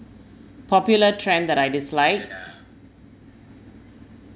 popular trend that I dislike